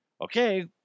Okay